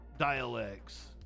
Dialects